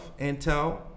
Intel